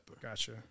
Gotcha